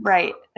Right